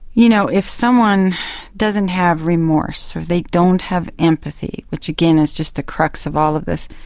you know, if someone doesn't have remorse or if they don't have empathy, which again is just the crux of all of this,